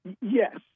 Yes